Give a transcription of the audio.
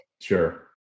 Sure